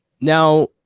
now